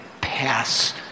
pass